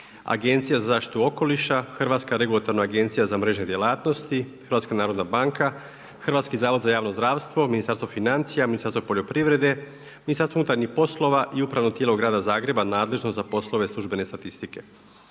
Agencija za zaštitu okoliša, Hrvatska regulativna agencija za mrežne djelatnosti, HNB, Hrvatski zavod za javno zdravstvo, Ministarstvo financija, Ministarstvo poljoprivrede, Ministarstvo unutarnjih poslova i Upravno tijelo grada Zagreba nadležno za poslove službene statistike.